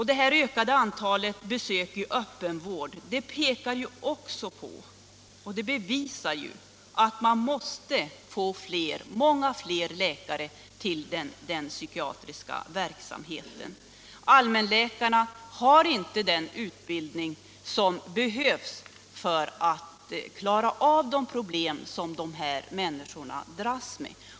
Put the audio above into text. Det ökade antalet besök i öppen vård bevisar att man måste få många fler läkare till den psykiatriska verksamheten. Allmänläkarna har inte den utbildning som behövs för att klara av de problem som dessa människor dras med.